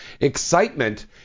Excitement